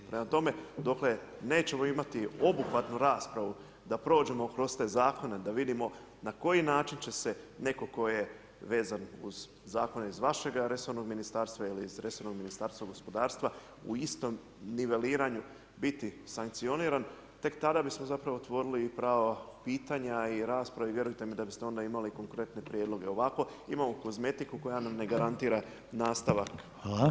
Prema tome, dokle nećemo imati obuhvatnu raspravu da prođemo kroz te zakone da vidimo na koji način će se netko tko je vezan uz zakone iz vašega resornog ministarstva ili iz resornog Ministarstva gospodarstva u istom niveliranju bit sankcioniran tek tada bismo zapravo otvorili i prava pitanja i rasprave i vjerujte mi da biste onda imali konkretne prijedloge, ovako imamo kozmetiku koja nam ne garantira nastavak.